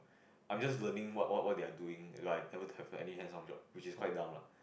I'm just learning what what what they are doing it's like never to have any hands on job which is quite dumb lah